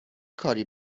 کاری